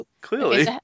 clearly